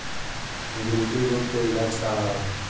गिल्टी रोग के इलाज का ह?